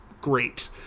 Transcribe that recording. great